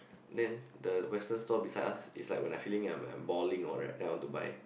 then the Western store beside us is like when I feeling I'm I'm boring or right I want to buy